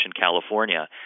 California